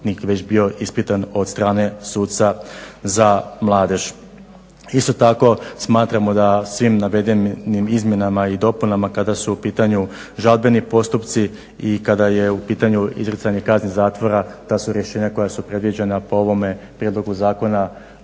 već bio ispitan od strane suca za mladež. Isto tako smatramo da svim navedenim izmjenama i dopunama kada su u pitanju žalbeni postupci i kada je u pitanju izricanje kazne zatvora da su rješenja koja su predviđena po ovome prijedlogu zakona